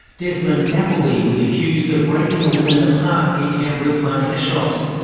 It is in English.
desmond applebee was accused of raping a woman in a park near canberra's manuka shops.